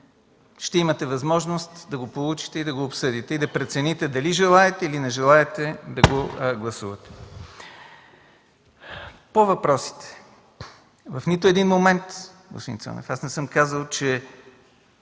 ще имате възможност да го получите и да го обсъдите, и да прецените дали желаете или не желаете да го обсъдите. По въпросите. В нито един момент, господин Цонев, аз не съм казал, че